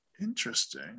Interesting